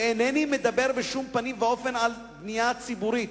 ואינני מדבר בשום פנים ואופן על בנייה ציבורית.